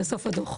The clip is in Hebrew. בסוף הדו"ח.